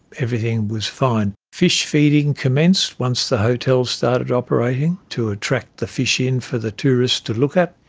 everything was fine. fish feeding commenced once the hotel started operating, to attract the fish in for the tourists to look at.